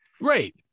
Right